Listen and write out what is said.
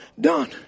done